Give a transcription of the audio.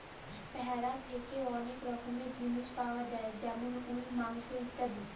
ভেড়া থ্যাকে ওলেক রকমের জিলিস পায়া যায় যেমল উল, মাংস ইত্যাদি